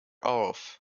off